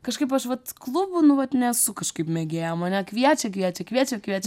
kažkaip aš vat klubų nu vat nesu kažkaip mėgėja mane kviečia kviečia kviečia kviečia